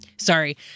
Sorry